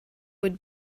would